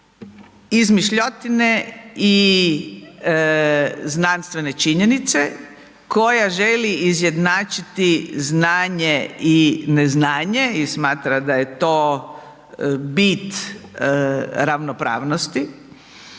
izmišljotine i znanstvene činjenice, koja žele izjednačiti znanje i neznanje i smatra da je to bit ravnopravnosti,